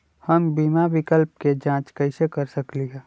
हम बीमा विकल्प के जाँच कैसे कर सकली ह?